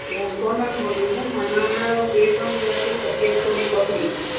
એ હું સોનલ બોલું છું મને હમણ બે ત્રણ દિવસથી તબિયત થોડી બગડી છે